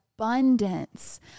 abundance